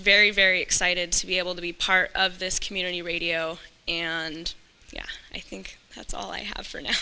very very excited to be able to be part of this community radio and yeah i think that's all i have for now